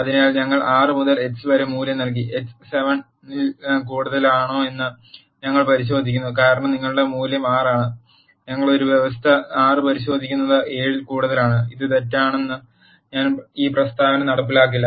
അതിനാൽ ഞങ്ങൾ 6 മുതൽ x വരെ മൂല്യം നൽകി x 7 ൽ കൂടുതലാണോയെന്ന് ഞങ്ങൾ പരിശോധിക്കുന്നു കാരണം നിങ്ങളുടെ മൂല്യം 6 ആണ് ഞങ്ങൾ ഒരു വ്യവസ്ഥ 6 പരിശോധിക്കുന്നത് 7 ൽ കൂടുതലാണ് ഇത് തെറ്റാണ് ഈ പ്രസ്താവന നടപ്പിലാക്കില്ല